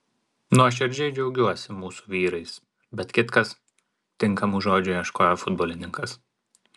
nuoširdžiai džiaugiuosi mūsų vyrais bet kitkas tinkamų žodžių ieškojo futbolininkas